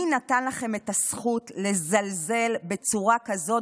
מי נתן לכם את הזכות לזלזל בצורה כזאת